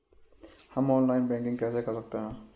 हम online banking कैसे कर सकते हैं?